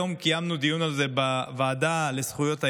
היום קיימנו דיון על זה בוועדה לזכויות הילד,